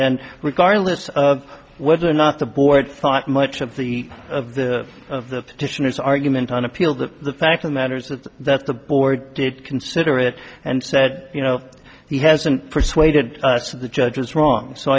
then regardless of whether or not the board thought much of the of the of the petitioners argument on appeal the fact of matters is that the board did consider it and said you know he hasn't persuaded the judge was wrong so